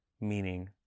meaning